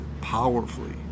powerfully